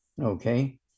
okay